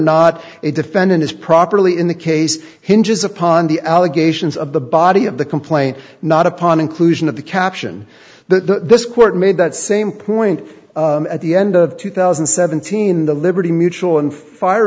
not a defendant is properly in the case hinges upon the allegations of the body of the complaint not upon inclusion of the caption this court made that same point at the end of two thousand and seventeen the liberty mutual and fire